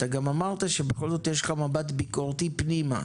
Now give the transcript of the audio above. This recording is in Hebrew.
אתה גם אמרת שבכל זאת יש לך מבט ביקורתי פנימה.